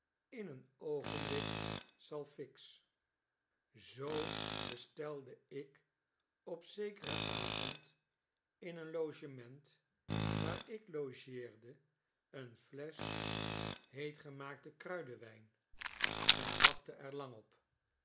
in een oogenblik zal fix zoo bestelde ik op zekeren avond in een logement waar ik logeerde een flesch heetgemaakten kruiderwijn en wachtte er